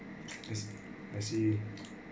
I see I see